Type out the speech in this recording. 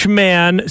man